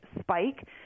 spike